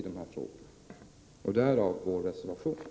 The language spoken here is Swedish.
Därför har vi reserverat oss.